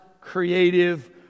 creative